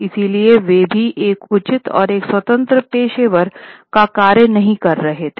इसलिए वे भी एक उचित और एक स्वतंत्र पेशेवर का कार्य नहीं कर रहे थे